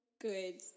good